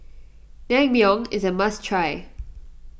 Naengmyeon is a must try